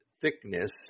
Thickness